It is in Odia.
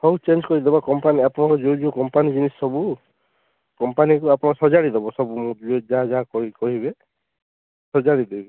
ହଉ ଚେଞ୍ଜ କରିଦେବା କମ୍ପାନୀ ଆପଣଙ୍କ ଯେଉଁ ଯେଉଁ କମ୍ପାନୀ ଜିନିଷ ସବୁ କମ୍ପାନୀ ୟାକୁ ଆପଣଙ୍କର ସଜାଡ଼ି ଦେବ ସବୁ ମୁଁ ଯାହା ଯାହା କହି କହିବେ ସଜାଡ଼ି ଦେବି